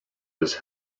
his